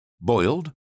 Boiled